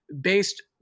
based